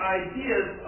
ideas